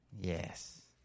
yes